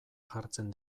jartzen